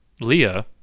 Leah